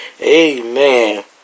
Amen